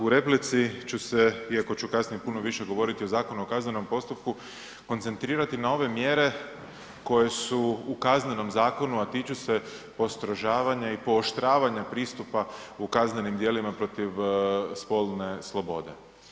U replici ću se, iako ću kasnije puno više govoriti o Zakonu o kaznenom postupku koncentrirati na ove mjere koje su u Kaznenom zakonu a tiču se postrožavanja i pooštravanja pristupa u kaznenim djelima protiv spolne slobode.